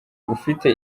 ufite